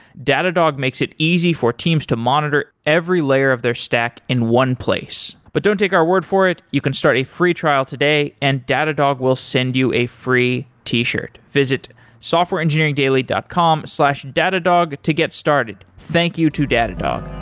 datadog makes it easy for teams to monitor every layer of their stack in one place. but don't take our word for it, you can start a free trial today and data dog will send you a free t-shirt. visit softwareengineeringdaily dot com slash datadog to get started. thank you to datadog.